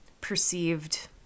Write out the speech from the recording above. perceived